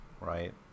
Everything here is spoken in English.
right